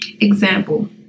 Example